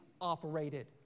operated